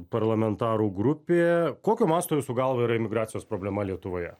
parlamentarų grupė kokio mąsto jūsų galva yra imigracijos problema lietuvoje